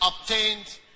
obtained